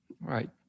right